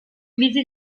bizi